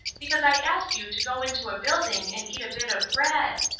because i ask you to go into a building and eat a bit of bread.